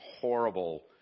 horrible